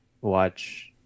watch